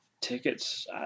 Tickets